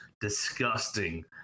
disgusting